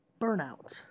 burnout